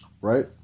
right